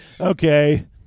okay